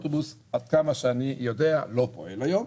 עד כמה שאני יודע, האוטובוס לא פועל היום.